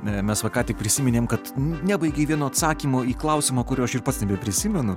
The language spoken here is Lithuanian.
mes va ką tik prisiminėm kad nebaigei vieno atsakymo į klausimą kurio aš ir pats nebeprisimenu